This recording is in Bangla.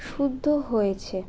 শুদ্ধ হয়েছে